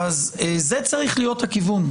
זה צריך להיות הכיוון.